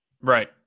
Right